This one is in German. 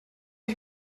ich